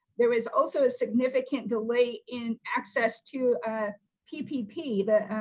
there was also a significant delay in access to ppp, the